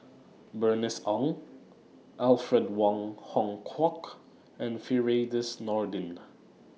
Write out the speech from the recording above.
Bernice Ong Alfred Wong Hong Kwok and Firdaus Nordin